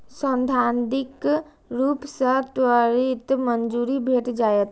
सैद्धांतिक रूप सं त्वरित मंजूरी भेट जायत